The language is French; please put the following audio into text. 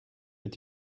est